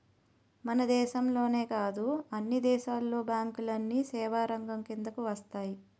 మన దేశంలోనే కాదు అన్ని దేశాల్లోను బ్యాంకులన్నీ సేవారంగం కిందకు వస్తాయి